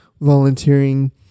volunteering